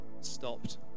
stopped